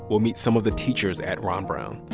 we'll meet some of the teachers at ron brown.